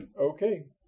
Okay